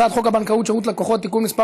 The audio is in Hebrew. הצעת חוק הבנקאות (שירות ללקוח) (תיקון מס'